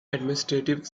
administrative